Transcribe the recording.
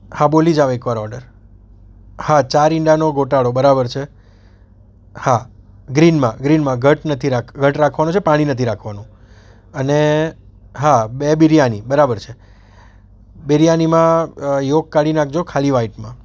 હા બોલી જાઓ એકવાર ઓર્ડર હા ચાર ઈંડાનો ગોટાળો બરાબર છે હા ગ્રીનમાં ગ્રીનમાં ઘટ્ટ નથી રાખ ઘટ્ટ રાખવાનો છે પાણી નથી રાખવાનું અને હા બે બિરયાની બરાબર છે બિરયાનીમાં યોક કાઢી નાખજો ખાલી વાઇટમાં